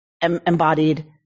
embodied